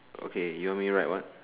okay you want me write what